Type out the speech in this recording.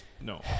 no